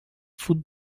food